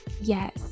Yes